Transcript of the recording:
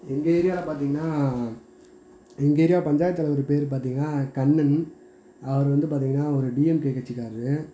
எங்கள் ஏரியாவில் பார்த்தீங்கன்னா எங்கள் ஏரியா பஞ்சாயத் தலைவர் பெயரு பார்த்தீங்கன்னா கண்ணன் அவரு வந்து பார்த்தீங்கன்னா ஒரு டிஎம்கே கட்சிக்காரரு